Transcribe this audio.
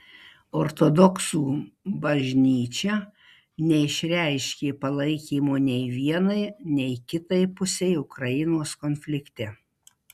ortodoksų bažnyčia neišreiškė palaikymo nei vienai nei kitai pusei ukrainos konflikte